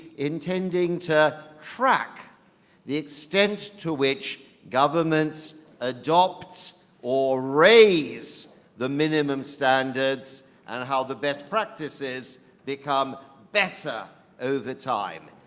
intending to track the extent to which governments adopt or raise the minimum standards and how the best practices become better over time.